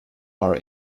are